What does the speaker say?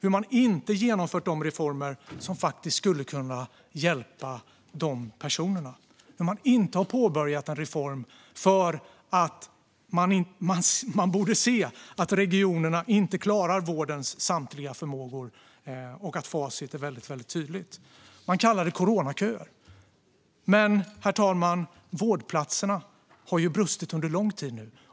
Man har inte genomfört de reformer som faktiskt skulle kunna hjälpa dessa personer, och man har inte påbörjat en reform. Man borde se att regionerna inte klarar vårdens samtliga förmågor och att facit är väldigt tydligt. Man kallar det coronaköer. Men, herr talman, det har brustit när det gäller vårdplatser under lång tid.